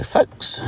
folks